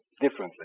differently